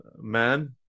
man